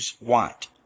want